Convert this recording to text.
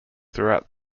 throughout